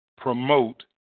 promote